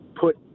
put